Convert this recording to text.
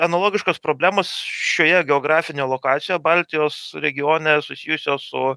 analogiškos problemos šioje geografinėje lokacijoje baltijos regione susijusios su